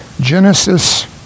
Genesis